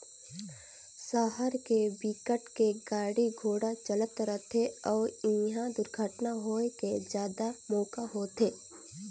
सहर के बिकट के गाड़ी घोड़ा चलत रथे अउ इहा दुरघटना होए के जादा मउका होथे